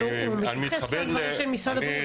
אני מתייחס רק לדברים של משרד הבריאות, אני